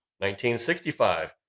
1965